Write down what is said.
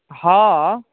हँऽ